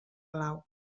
clau